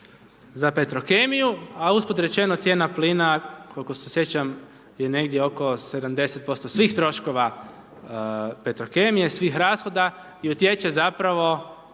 za Petrokemiju, a usput rečeno cijena plina koliko se sjećam je negdje oko 70% svih troškova Petrokemije, svih rashoda i utječe zapravo